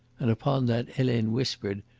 and upon that helene whispered,